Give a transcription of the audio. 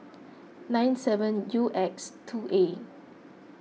nine seven U X two A